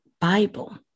Bible